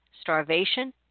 starvation